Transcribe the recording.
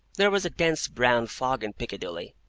there was a dense brown fog in piccadilly,